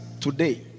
today